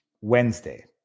Wednesday